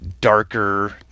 darker